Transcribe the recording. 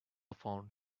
found